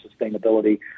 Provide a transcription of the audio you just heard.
sustainability